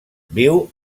viu